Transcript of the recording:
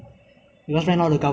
for the singapore people